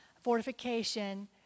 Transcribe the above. fortification